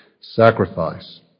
sacrifice